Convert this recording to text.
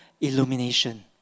illumination